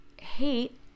hate